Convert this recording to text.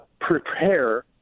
Prepare